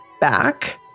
back